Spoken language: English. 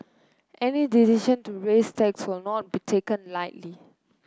any decision to raise tax will not be taken lightly